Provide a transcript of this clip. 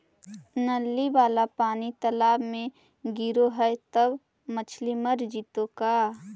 नली वाला पानी तालाव मे गिरे है त मछली मर जितै का?